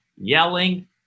yelling